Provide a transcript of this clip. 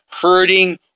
hurting